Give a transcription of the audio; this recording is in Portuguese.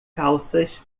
calças